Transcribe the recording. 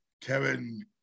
Kevin